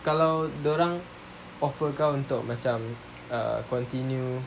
kalau dorang offer kau untuk macam uh continue